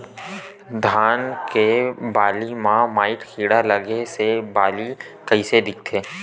धान के बालि म माईट कीड़ा लगे से बालि कइसे दिखथे?